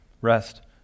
rest